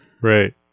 Right